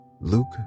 luke